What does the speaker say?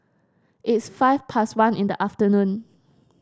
its five past one in the afternoon